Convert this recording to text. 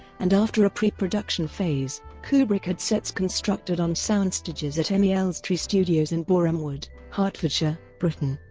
and after a pre-production phase, kubrick had sets constructed on soundstages at emi elstree studios in borehamwood, hertfordshire, britain.